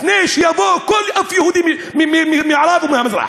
לפני שיבוא כל יהודי מערב או מהמזרח.